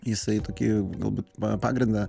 jisai tokį galbūt va pagrindą